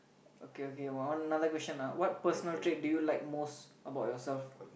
okay okay one another question what personal trait do you like most about yourself